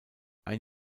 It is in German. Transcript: ein